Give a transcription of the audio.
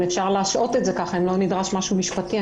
אם אפשר להשהות את זה ואם לא נדרש משהו משפטי.